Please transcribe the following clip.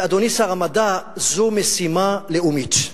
ואדוני שר המדע, זו משימה לאומית.